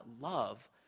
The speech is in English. love